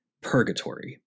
purgatory